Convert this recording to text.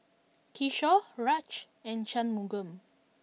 Kishore Raj and Shunmugam